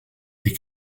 est